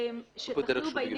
אצלו.